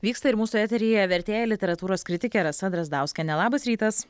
vyksta ir mūsų eteryje vertėja literatūros kritikė rasa drazdauskienė labas rytas